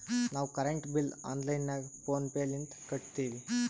ನಾವು current bill online ನಾಗ PhonePe ಲಿಂತ ಕಟ್ಟತ್ತಿವಿ